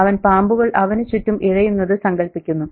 അവൻ പാമ്പുകൾ അവനു ചുറ്റും ഇഴയുന്നത് സങ്കൽപ്പിക്കുന്നു